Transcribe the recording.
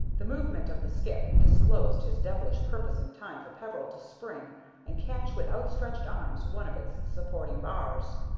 the movement of the skip disclosed his devilish purpose in time for peveril to spring and catch with outstretched arms one of its supporting bars.